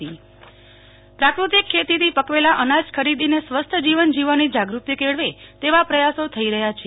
નેહ્લ ઠક્કર ભુજ હાટ વાનગી મહોત્સવ પ્રાકૃતિક ખેતીથી પકવેલા અનાજ ખરીદીને સ્વસ્થ જીવન જીવવાની જાગૃતિ કેળવે તેવા પ્રયાસો થઇ રહ્યા છે